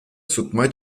сутма